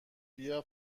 بیا